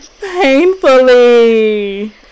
Painfully